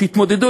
תתמודדו,